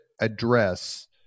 address